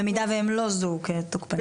במידה והם לא זוהו כתוקפנים.